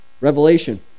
Revelation